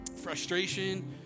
frustration